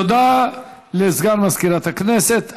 תודה לסגן מזכירת הכנסת.